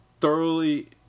thoroughly